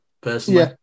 personally